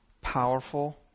powerful